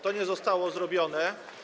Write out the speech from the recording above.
To nie zostało zrobione.